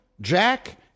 Jack